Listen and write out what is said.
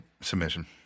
submission